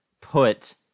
put